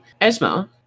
Esma